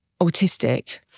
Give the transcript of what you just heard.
autistic